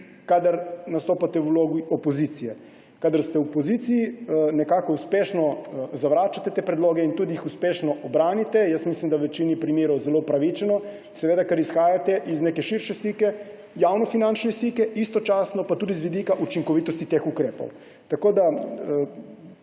kadar nastopate v vlogi opozicije. Kadar ste v poziciji, nekako uspešno zavračate te predloge in jih tudi uspešno ubranite, jaz mislim, da v večini primerov zelo pravično, ker seveda izhajate iz neke širše javnofinančne slike, istočasno pa tudi z vidika učinkovitosti teh ukrepov. Bolj na